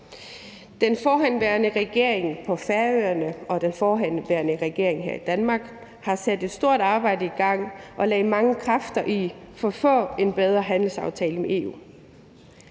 Den forhenværende regering på Færøerne og den forhenværende regering her i Danmark har sat et stort arbejde i gang og lagde mange kræfter i at få en bedre handelsaftale med EU.